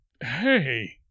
Hey